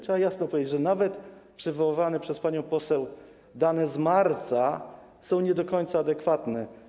Trzeba jasno powiedzieć, że nawet przywoływane przez panią poseł dane z marca są nie do końca adekwatne.